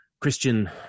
Christian